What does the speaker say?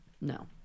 No